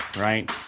right